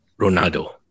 Ronaldo